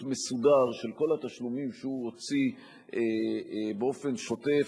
מסודר של כל התשלומים שהוא הוציא באופן שוטף,